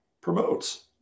promotes